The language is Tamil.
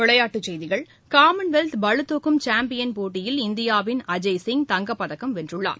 விளையாட்டுச் செய்திகள் காமன்வெல்த் பளூதுக்கும் சாம்பியன் போட்டியில் இந்தியாவின் அஜய் சிங் தங்கப்பதக்கம் வென்றுள்ளார்